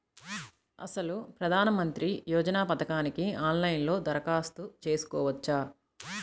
అసలు ప్రధాన మంత్రి యోజన పథకానికి ఆన్లైన్లో దరఖాస్తు చేసుకోవచ్చా?